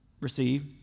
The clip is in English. receive